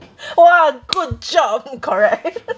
!wah! good job correct